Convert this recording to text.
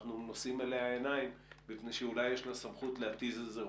אנחנו נושאים אליה עיניים מפני שאולי יש לה סמכות להתיז איזה ראש.